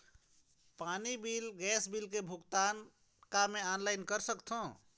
पानी bill gas bill के भुगतान का मैं ऑनलाइन करा सकथों?